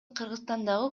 кыргызстандагы